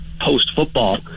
post-football